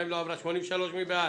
הצבעה בעד,